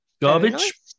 garbage